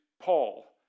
Paul